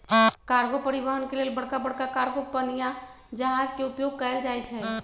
cargo परिवहन के लेल बड़का बड़का कार्गो पनिया जहाज के उपयोग कएल जाइ छइ